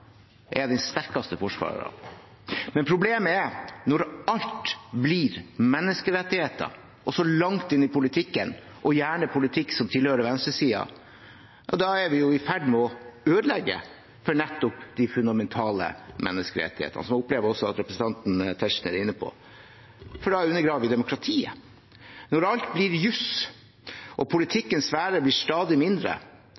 er jeg den sterkeste forsvarer av. Men problemet er når alt blir menneskerettigheter og går så langt inn i politikken, og gjerne politikk som tilhører venstresiden. Da er vi i ferd med å ødelegge for nettopp de fundamentale menneskerettighetene, som jeg opplever at også representanten Tetzschner er inne på, for da undergraver vi demokratiet. Når alt blir juss og